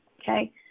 okay